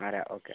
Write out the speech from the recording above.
അര ഓക്കെ